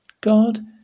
God